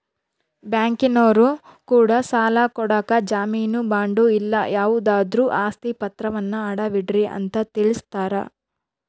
ಬ್ಯಾಂಕಿನರೊ ಕೂಡ ಸಾಲ ಕೊಡಕ ಜಾಮೀನು ಬಾಂಡು ಇಲ್ಲ ಯಾವುದಾದ್ರು ಆಸ್ತಿ ಪಾತ್ರವನ್ನ ಅಡವಿಡ್ರಿ ಅಂತ ತಿಳಿಸ್ತಾರ